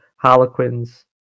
harlequins